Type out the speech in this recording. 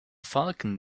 falcon